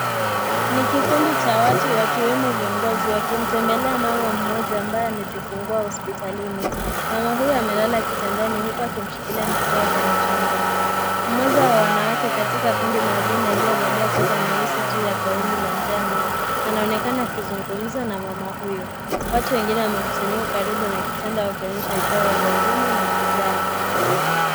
Ni kikundi cha watu wakiwemo viongozi wakimtembelea mama mmoja ambaye amejifungua hospitalini, mama huyu amelala kitandani huku akimshikilia mtoto wake mchanga, mmoja wa wanawake katika kundi la wageni aliyevalia sweta nyeusi juu ya gauni la njano anaonekana akizungumza na mama huyu, watu wengine wamekusanyika karibu na kitanda wakionyesha ishara za huruma na kujali.